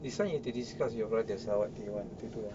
this [one] you have to discuss with your brothers lah what they want to do